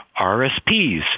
RSPs